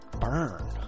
Burn